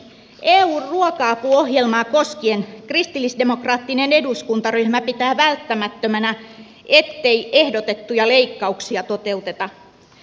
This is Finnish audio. eun ruoka apuohjelmaa koskien kristillisdemokraattinen eduskuntaryhmä pitää välttämättömänä ettei ehdotettuja leikkauksia toteuteta